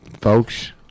folks